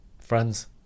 Friends